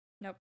Nope